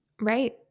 Right